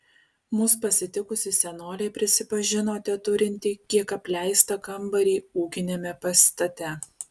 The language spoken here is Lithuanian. mus pasitikusi senolė prisipažino teturinti kiek apleistą kambarį ūkiniame pastate